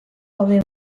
gaude